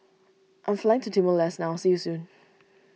I am flying to Timor Leste now see you soon